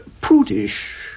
prudish